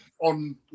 on